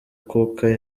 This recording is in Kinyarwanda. cook